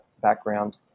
background